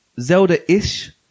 Zelda-ish